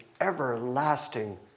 everlasting